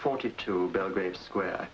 forty two belgrave square